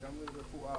גם אם זה רפואה,